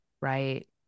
right